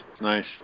nice